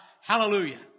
Hallelujah